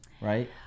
right